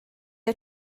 wyt